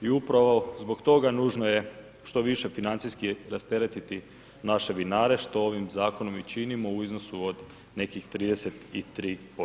I upravo zbog toga nužno je što više financijski rasteretiti naše vinare, što ovim zakonom i činimo u iznosu od nekih 33%